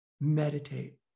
meditate